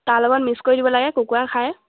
তাৰ লগত মিক্ কৰি দিব লাগে কুকুৰাই খাই